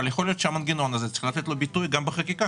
אבל יכול להיות שלמנגנון הזה צריך לתת ביטוי גם בחקיקה.